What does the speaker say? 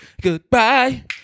Goodbye